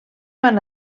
van